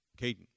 Caden